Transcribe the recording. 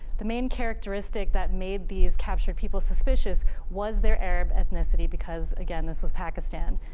the main characteristic that made these captured people suspicious was there arab ethnicity, because again, this was pakistan.